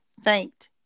thanked